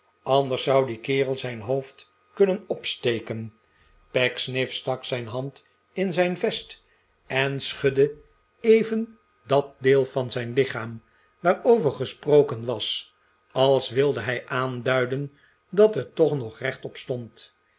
anders zou die kerel zijn hoofd kunnen opsteken pecksniff stak zijn hand in zijn vest en schudde even dat deel van zijn lichaam waarover gesproken was als wilde hij aanduiden dat het toch nog rechtop stond